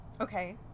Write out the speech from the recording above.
Okay